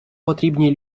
потрібні